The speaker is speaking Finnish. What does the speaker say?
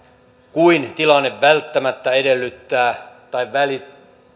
kuin tilanne välttämättä edellyttää